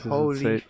Holy